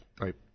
Right